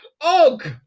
Og